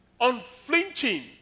unflinching